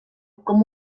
com